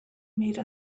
made